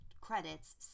credits